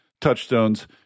touchstones